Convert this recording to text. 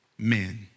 Men